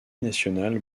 nationale